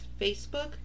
facebook